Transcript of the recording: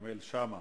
כרמל שאמה.